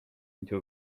into